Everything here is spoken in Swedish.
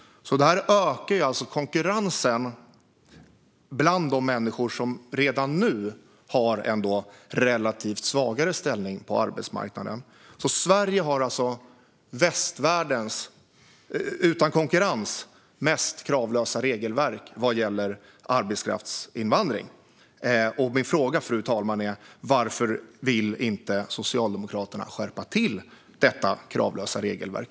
Detta ökar konkurrensen bland de människor som redan nu har en relativt svag ställning på arbetsmarknaden. Sverige har utan konkurrens västvärldens mest kravlösa regelverk vad gäller arbetskraftsinvandring. Varför vill inte Socialdemokraterna skärpa detta kravlösa regelverk?